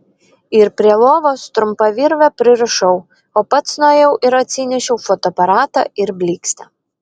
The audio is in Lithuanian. ir prie lovos trumpa virve pririšau o pats nuėjau ir atsinešiau fotoaparatą ir blykstę